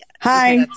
hi